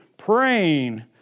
Praying